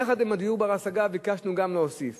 יחד עם דיור בר-השגה ביקשנו להוסיף